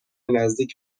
نزدیک